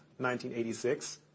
1986